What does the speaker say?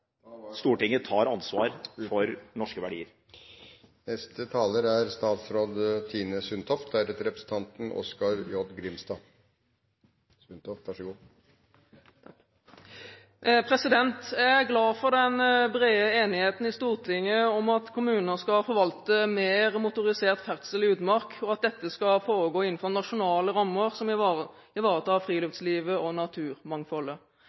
at Stortinget tar ansvar for norske verdier. Jeg er glad for den brede enigheten i Stortinget om at kommuner skal forvalte mer motorisert ferdsel i utmark for at dette skal foregå innenfor nasjonale rammer som ivaretar friluftslivet og